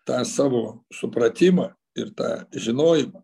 tą savo supratimą ir tą žinojimą